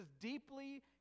deeply